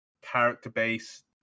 character-based